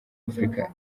afurika